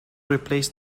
replace